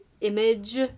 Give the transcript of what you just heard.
Image